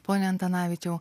pone antanavičiau